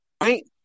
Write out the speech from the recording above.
right